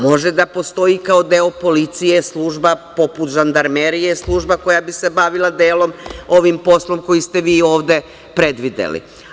Može da postoji kao deo policije, služba poput Žandarmerije, služba koja bi se bavila delom ovim poslom koji ste vi ovde predvideli.